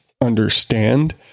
understand